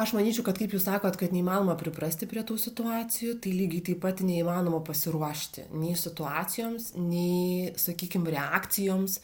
aš manyčiau kad kaip jūs sakot kad neįmanoma priprasti prie tų situacijų tai lygiai taip pat neįmanoma pasiruošti nei situacijoms nei sakykim reakcijoms